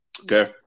Okay